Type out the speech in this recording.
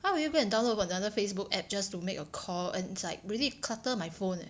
why would you go and download another Facebook app just to make a call and it's like really clutter my phone leh